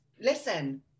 listen